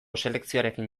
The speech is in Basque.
selekzioarekin